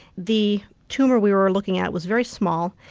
the tumour we were looking at was very small,